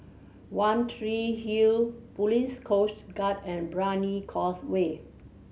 One Tree Hill Police Coast Guard and Brani Causeway